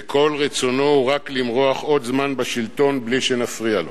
וכל רצונו הוא רק למרוח עוד זמן בשלטון בלי שנפריע לו.